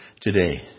today